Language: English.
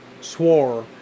swore